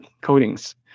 coatings